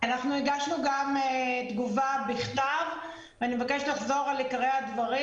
הגשנו גם תגובה בכתב ואני מבקשת לחזור על עיקרי הדברים,